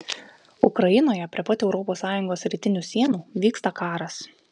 ukrainoje prie pat europos sąjungos rytinių sienų vyksta karas